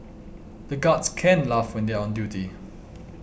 the guards can't laugh when they are on duty